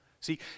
See